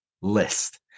list